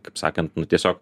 kaip sakant tiesiog